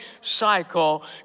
cycle